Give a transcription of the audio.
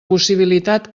possibilitat